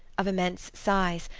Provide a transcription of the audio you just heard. of immense size,